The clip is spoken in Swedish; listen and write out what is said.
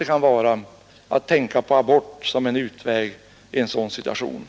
Vi måste tala om för de unga pojkarna och flickorna hur oerhört ansvarsfullt det är att bli